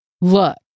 look